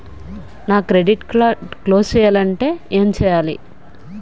నా credit card close చేయాలంటే ఏంటి చేయాలి?